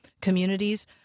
communities